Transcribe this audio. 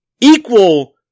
equal